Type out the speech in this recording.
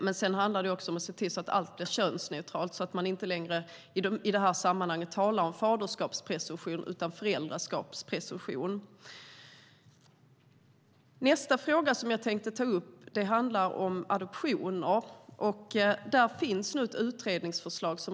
Det handlar dock även om att se till att allt blir könsneutralt, så att man i sammanhanget inte längre talar om faderskapspresumtion utan om föräldraskapspresumtion. Nästa fråga som jag tänkte ta upp handlar om adoptioner. Regeringen tittar nu på ett utredningsförslag.